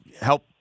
help